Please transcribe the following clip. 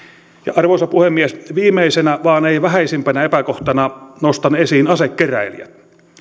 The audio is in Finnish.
arvoisa puhemies viimeisenä vaan ei vähäisimpänä epäkohtana nostan esiin asekeräilijät